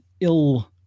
ill